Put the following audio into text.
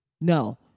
no